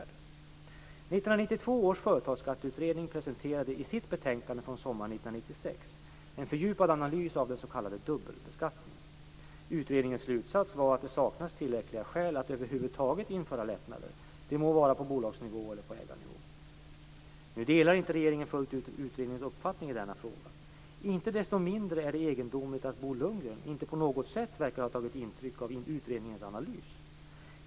1992 års företagsskatteutredning presenterade i sitt betänkande från sommaren 1996 en fördjupad analys av den s.k. dubbelbeskattningen. Utredningens slutsats var att det saknades tillräckliga skäl att över huvud taget införa lättnader, det må vara på bolagsnivå eller på ägarnivå. Nu delar inte regeringen fullt ut utredningens uppfattning i denna fråga. Inte desto mindre är det egendomligt att Bo Lundgren inte på något sätt verkar ha tagit intryck av utredningens analys.